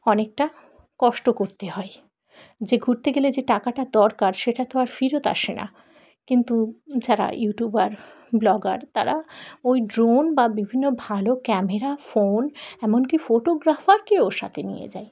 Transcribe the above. অনেকটা কষ্ট করতে হয় যে ঘুরতে গেলে যে টাকাটার দরকার সেটা তো আর ফেরত আসে না কিন্তু যারা ইউটিউবার ব্লগার তারা ওই ড্রোন বা বিভিন্ন ভালো ক্যামেরা ফোন এমন কি ফটোগ্রাফারকেও সাথে নিয়ে যায়